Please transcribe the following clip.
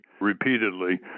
repeatedly